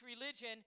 religion